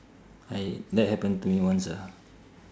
I that happened to me once ah